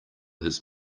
his